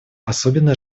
особенно